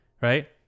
Right